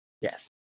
Yes